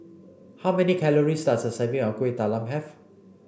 how many calories does a serving of Kueh Talam have